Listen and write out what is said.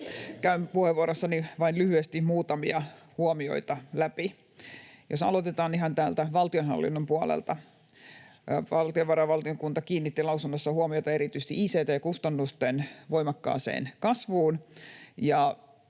Käyn puheenvuorossani vain lyhyesti muutamia huomioita läpi. Jos aloitetaan ihan täältä valtionhallinnon puolelta: Valtiovarainvaliokunta kiinnitti lausunnossaan huomiota erityisesti ict-kustannusten voimakkaaseen kasvuun.